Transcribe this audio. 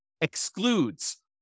excludes